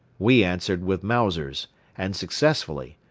we answered with mausers and successfully,